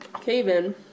cave-in